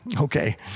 Okay